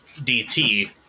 DT